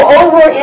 over